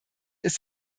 ist